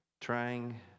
trying